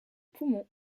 poumons